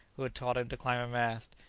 who had taught him to climb a mast,